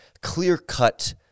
clear-cut